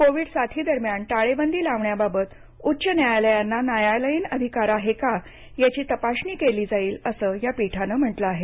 Covid साथी दरम्यान टाळेबंदी लावण्याबाबत उच्च न्यायालयांना न्यायालयीन अधिकार आहे का याची तपासणी केली जाईल असं या पीठा नं म्हटलं आहे